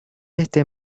este